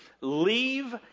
leave